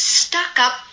stuck-up